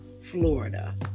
Florida